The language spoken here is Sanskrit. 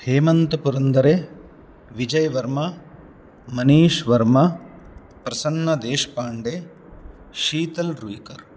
हेमन्त् पुरन्दरे विजय् वर्मा मनीश् वर्मा प्रसन्नदेश्पाण्डे शीतल् रूहिकर्